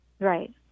Right